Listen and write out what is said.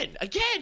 again